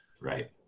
right